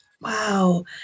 Wow